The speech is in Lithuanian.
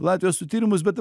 latvijoj su tyrimais bet